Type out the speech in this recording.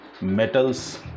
metals